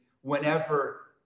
whenever